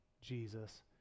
Jesus